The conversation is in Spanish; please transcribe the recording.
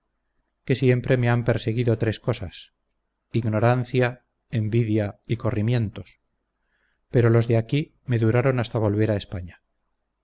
que siempre me han perseguido tres cosas ignorancia envidia y corrimientos pero los de aquí me duraron hasta volver a españa